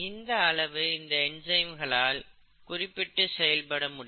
இந்த அளவு இந்த என்சைமினால் குறிப்பிட்டு செயல்பட முடியும்